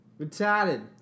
Retarded